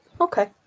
Okay